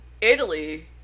Italy